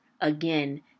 again